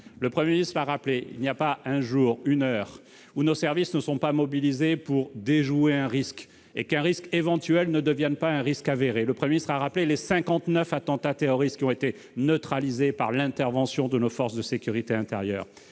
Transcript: un risque. Plus globalement, il n'y a pas un jour, pas une heure, où nos services ne sont pas mobilisés pour déjouer un risque, pour qu'un risque éventuel ne devienne pas un risque avéré. M. le Premier ministre a rappelé les 59 attentats terroristes qui ont été neutralisés grâce à l'intervention de nos forces de sécurité intérieure.